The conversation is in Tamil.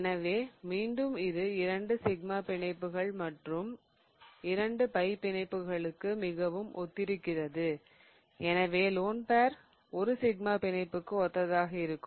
எனவே மீண்டும் இது இரண்டு சிக்மா பிணைப்புகள் மற்றும் இரண்டு பை பிணைப்புகளுக்கு மிகவும் ஒத்திருக்கிறது ஏனெனில் லோன் பேர் ஒரு சிக்மா பிணைப்புக்கு ஒத்ததாக இருக்கும்